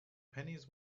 pennies